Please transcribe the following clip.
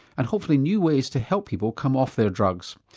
and hopefully new ways to help people come off their drugs.